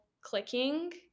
clicking